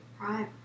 Right